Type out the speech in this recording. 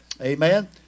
Amen